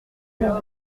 une